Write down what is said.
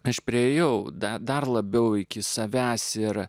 aš priėjau dar labiau iki savęs ir